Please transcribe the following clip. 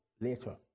later